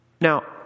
Now